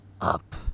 up